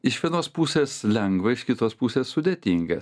iš vienos pusės lengva iš kitos pusės sudėtinga